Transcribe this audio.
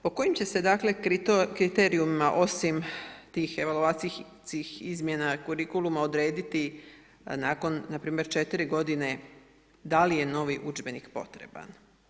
Po kojim će se dakle kriterijima osim tih evaluacijskih izmjena kurikuluma odrediti nakon npr. 4 godine da li je novi udžbenik potreban.